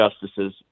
justices